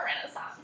renaissance